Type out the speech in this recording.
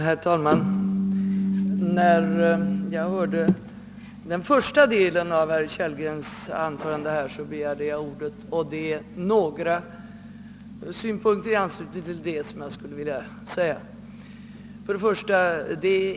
Herr talman! När jag hörde den förs ta delen av herr Kellgrens anförande begärde jag ordet. Det är några punkter i anslutning därtill som jag skulle vilja yttra mig om.